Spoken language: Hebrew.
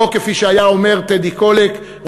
או כפי שהיה אומר טדי קולק,